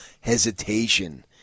hesitation